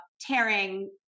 tearing